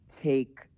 take